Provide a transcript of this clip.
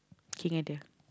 King ada